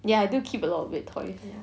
ya I do keep a lot of weird toys